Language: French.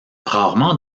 rarement